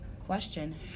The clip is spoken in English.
question